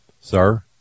Sir